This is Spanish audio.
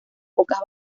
pocas